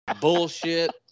Bullshit